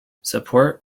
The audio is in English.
support